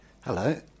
Hello